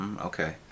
okay